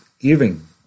giving